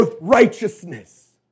righteousness